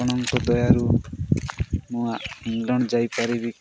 ଆପଣଙ୍କ ଦୟାରୁ ମୁଁ ଇଂଲଣ୍ଡ ଯାଇପାରିବି